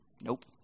Nope